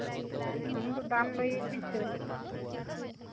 ᱟᱢᱫᱚ ᱫᱟᱢ ᱞᱟᱹᱭ ᱢᱮᱥᱮ